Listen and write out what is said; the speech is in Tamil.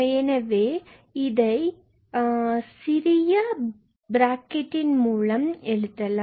எனவே இதை சிறிய பிராக்கட்டிங் மூலம் எழுதலாம்